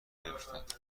نیفتاد